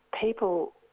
people